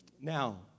Now